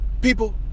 people